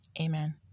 amen